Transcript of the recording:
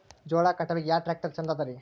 ಜೋಳ ಕಟಾವಿಗಿ ಯಾ ಟ್ಯ್ರಾಕ್ಟರ ಛಂದದರಿ?